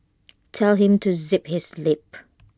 tell him to zip his lip